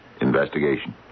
investigation